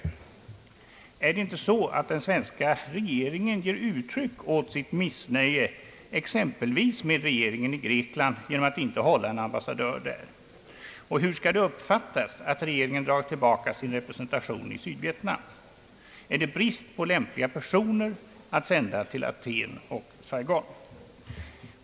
Ger inte den svenska regeringen uttryck åt sitt missnöje exempelvis med regeringen i Grekland genom att inte ha någon ambassadör där? Och hur skall det uppfattas att regeringen dragit tillbaka sin representation i Sydvietnam? Är det brist på lämpliga personer att sända till Aten och Saigon?